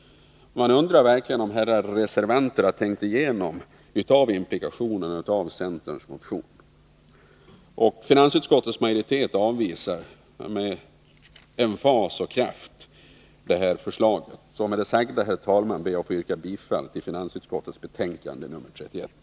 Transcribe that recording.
Man undrar verkligen om herrar reservanter tänkt igenom implikationerna av centerns motion. Finansutskottets majoritet avvisar emellertid med emfas centerns förslag. Med det sagda, herr talman, ber jag att få yrka bifall till finansutskottets hemställan i dess betänkande nr 31.